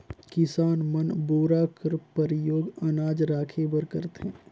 किसान मन बोरा कर परियोग अनाज राखे बर करथे